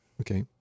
Okay